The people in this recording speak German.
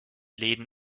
läden